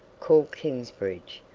called kingsbridge,